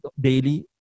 daily